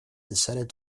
decided